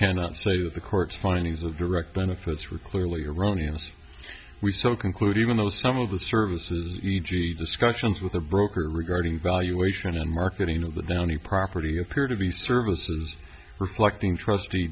cannot say that the court's findings of direct benefits were clearly erroneous we so conclude even though some of the services e g discussions with the broker regarding valuation and marketing of the downy property appear to be services reflecting trustee